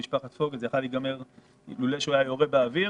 למשפחת פוגל אילולא הוא היה יורה באוויר.